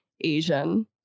Asian